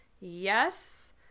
yes